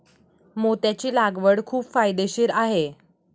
मोत्याची लागवड खूप फायदेशीर आहे